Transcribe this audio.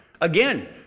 Again